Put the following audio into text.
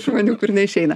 žmonių kur neišeina